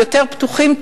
יותר פתוחים,